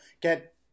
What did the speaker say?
get